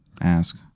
ask